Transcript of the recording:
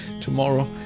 tomorrow